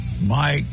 Mike